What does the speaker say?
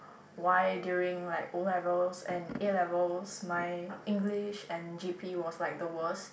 why during like O-levels and A-levels my English and G_P was like the worst